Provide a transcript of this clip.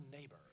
neighbor